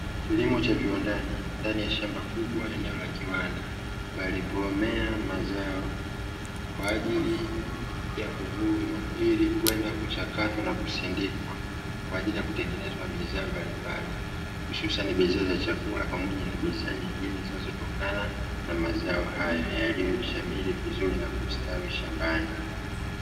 kilimo cha viwandani ndani ya shamba kubwa eneo la kiwanda palipomea mazao, kwaajili ya kuvunwa ili kwenda kuchakatwa na kusindikwa kwaajili ya kutengenezwa bidhaa mbalimbali hususani bidhaa za chakula ,pamoja na bidhaa nyingine zinazotokana na mazao haya yaliyo shamiri vizuri na kustawi shambani.